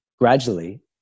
gradually